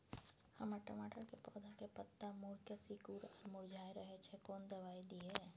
हमर टमाटर के पौधा के पत्ता मुड़के सिकुर आर मुरझाय रहै छै, कोन दबाय दिये?